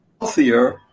healthier